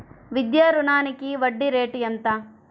విద్యా రుణానికి వడ్డీ రేటు ఎంత?